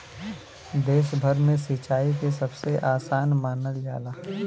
देश भर में सिंचाई के सबसे आसान मानल जाला